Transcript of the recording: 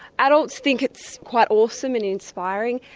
adults think it's quite awesome and inspiring.